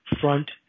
Front